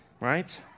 Right